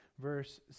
verse